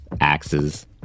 axes